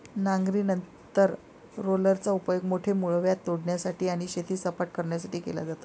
नांगरणीनंतर रोलरचा उपयोग मोठे मूळव्याध तोडण्यासाठी आणि शेत सपाट करण्यासाठी केला जातो